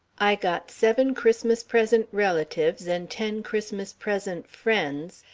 i got seven christmas-present relatives and ten christmas-present friends,